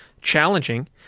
challenging